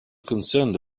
concerned